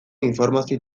informazio